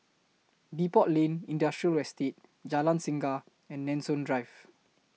Depot Lane Industrial Estate Jalan Singa and Nanson Drive